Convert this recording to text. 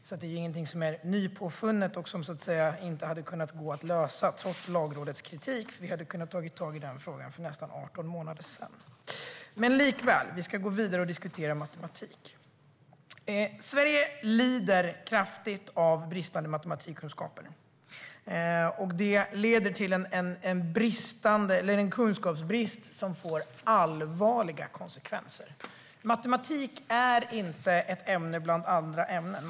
Så det är ju ingenting som är så att säga nypåfunnet och som inte hade gått att lösa, trots Lagrådets kritik. Vi hade kunnat ta tag i den frågan för nästan 18 månader sedan. Likväl ska jag gå vidare och diskutera matematik. Sverige lider kraftigt av bristande matematikkunskaper. Det leder till en kunskapsbrist som får allvarliga konsekvenser. Matematik är inte ett ämne bland andra ämnen.